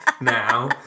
now